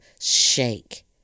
shake